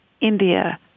India